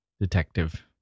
detective